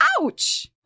Ouch